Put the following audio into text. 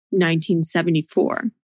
1974